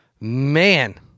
man